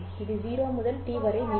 இது 0 முதல் t வரை நீடிக்கும்